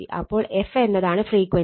അപ്പോൾ f എന്നതാണ് frequency